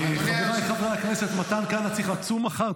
חבריי חברי הכנסת, מתן כהנא צריך לצום מחר.